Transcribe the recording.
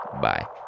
Bye